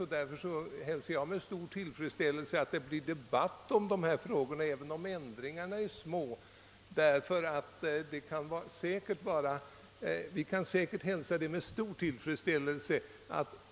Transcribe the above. Därför hälsar jag denna äktenskapsdebatt med stor tillfredsställelse, även om de föreslagna ändringarna i giftermålsbalken är små.